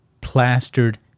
plastered